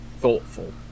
thoughtful